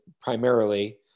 primarily